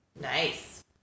Nice